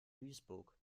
duisburg